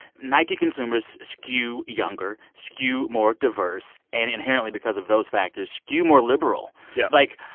nike consumers skew younger, skew more diverse and, inherently because of those factors, skew more liberal yeah like,